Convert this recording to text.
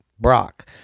Brock